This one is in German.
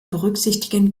berücksichtigen